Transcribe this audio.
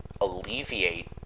alleviate